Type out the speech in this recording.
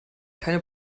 keine